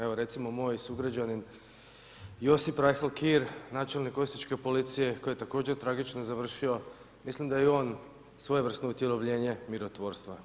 Evo recimo moj sugrađanin Josip Rajhl Kier, načelnik Osječke policije koji je također tragično završio, mislim da je i on svojevrsno utjelovljenje mirotvorstva.